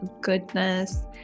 goodness